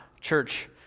church